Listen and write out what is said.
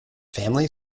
family